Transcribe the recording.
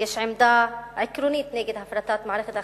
יש עמדה עקרונית נגד הפרטת מערכת החינוך,